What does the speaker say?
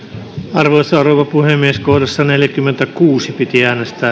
arvoisa rouva puhemies kohdassa neljäkymmentäkuusi piti